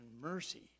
mercy